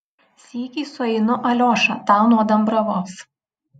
sykį sueinu aliošą tą nuo dambravos